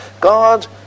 God